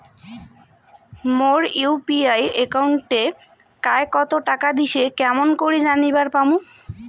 মোর UPI একাউন্টে কায় কতো টাকা দিসে কেমন করে জানিবার পামু?